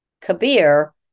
Kabir